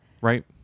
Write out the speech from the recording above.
right